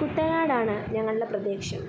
കുട്ടനാടാണ് ഞങ്ങളുടെ പ്രദേശം